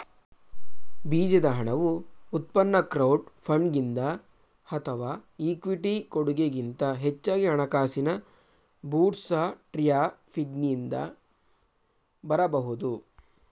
ಬೀಜದ ಹಣವು ಉತ್ಪನ್ನ ಕ್ರೌಡ್ ಫಂಡಿಂಗ್ನಿಂದ ಅಥವಾ ಇಕ್ವಿಟಿ ಕೊಡಗೆ ಗಿಂತ ಹೆಚ್ಚಾಗಿ ಹಣಕಾಸಿನ ಬೂಟ್ಸ್ಟ್ರ್ಯಾಪಿಂಗ್ನಿಂದ ಬರಬಹುದು